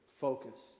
focus